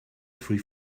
three